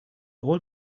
all